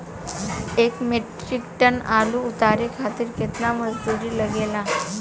एक metric tonne आलू उतारे खातिर केतना मजदूरी लागेला?